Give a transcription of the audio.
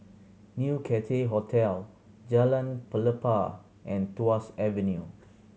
New Cathay Hotel Jalan Pelepah and Tuas Avenue